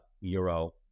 Euro